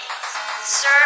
Sir